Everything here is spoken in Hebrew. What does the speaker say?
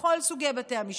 לכל סוגי בתי המשפט,